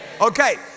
Okay